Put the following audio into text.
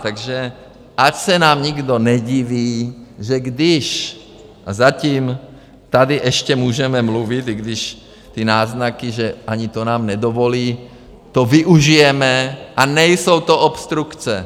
Takže ať se nám nikdo nediví, že když a zatím tady ještě můžeme mluvit, i když ty náznaky, že ani to nám nedovolí, to využijeme a nejsou to obstrukce.